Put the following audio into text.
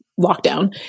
lockdown